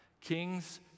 Kings